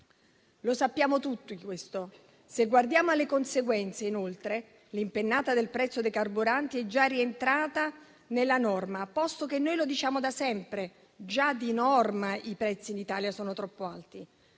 lo sappiamo tutti. Se guardiamo alle conseguenze, inoltre, l'impennata del prezzo dei carburanti è già rientrata nella norma, posto che noi diciamo da sempre che già di norma i prezzi in Italia sono troppo alti.